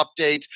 update